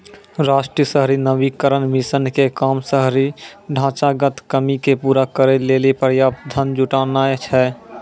राष्ट्रीय शहरी नवीकरण मिशन के काम शहरी ढांचागत कमी के पूरा करै लेली पर्याप्त धन जुटानाय छै